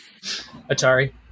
Atari